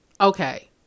Okay